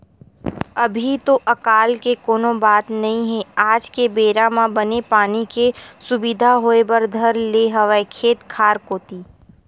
अभी तो अकाल के कोनो बात नई हे आज के बेरा म बने पानी के सुबिधा होय बर धर ले हवय खेत खार कोती